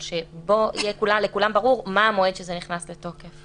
אבל שבו יהיה לכולם ברור מה המועד שזה נכנס לתוקף.